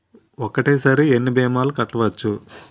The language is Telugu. ఒక్కటేసరి ఎన్ని భీమాలు కట్టవచ్చు?